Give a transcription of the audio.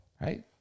Right